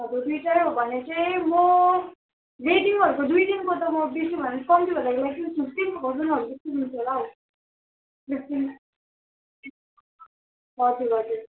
हजुर दुईटै हो भने चाहिँ म वेडिङहरूको दुई दिनको त म बेसी भन कम्तीभन्दाखेरि म फिफ्टिन थाउजन्डहरू जस्तो लिन्छु होला हौ फिफ्टिन हजुर हजुर